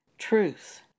truth